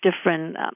different